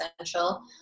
essential